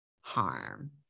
harm